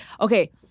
okay